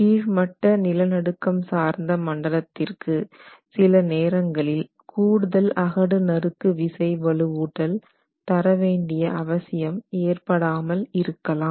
கீழ்மட்ட நிலநடுக்கம் சார்ந்த மண்டலத்திற்கு சில நேரங்களில் கூடுதல் அகடு நறுக்கு விசை வலுவூட்டல் தர வேண்டிய அவசியம் ஏற்படாமல் இருக்கலாம்